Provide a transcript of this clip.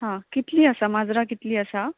हां कितलीं आसा माजरां कितलीं आसा